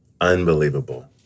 Unbelievable